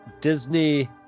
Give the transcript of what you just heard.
Disney